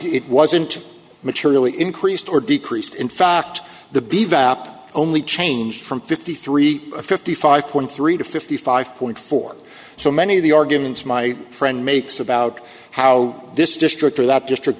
it wasn't materially increased or decreased in fact the be vapid only change from fifty three fifty five point three to fifty five point four so many of the arguments my friend makes about how this district or that district